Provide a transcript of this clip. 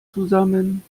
zusammen